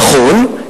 נכון,